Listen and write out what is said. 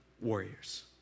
warriors